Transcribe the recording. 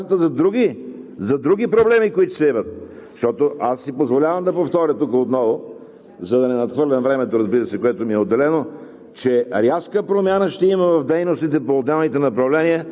който предвиждате в резерва? И какво ще остане в резерва на Касата за други проблеми, които ще се явят? Защото аз си позволявам да повторя тук отново, за да не надхвърлям времето, разбира се, което ми е отделено,